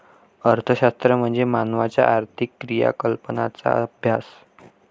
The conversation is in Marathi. अर्थशास्त्र म्हणजे मानवाच्या आर्थिक क्रियाकलापांचा अभ्यास